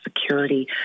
security